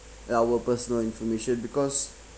our personal information because